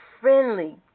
friendly